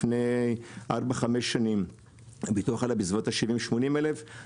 לפי 4-5 שנים ביטוח עלה בסביבות 70,000-80,000